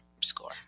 Score